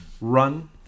Run